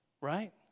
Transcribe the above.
right